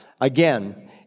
again